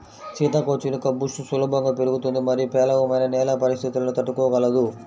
సీతాకోకచిలుక బుష్ సులభంగా పెరుగుతుంది మరియు పేలవమైన నేల పరిస్థితులను తట్టుకోగలదు